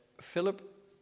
Philip